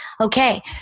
Okay